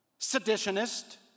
seditionist